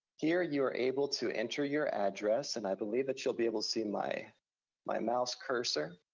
here, you are able to enter your address, and i believe that you'll be able to see my my mouse cursor,